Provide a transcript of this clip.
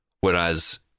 Whereas